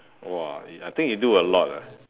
!wah! I think you do a lot ah